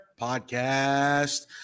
Podcast